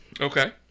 Okay